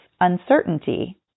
uncertainty